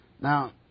Now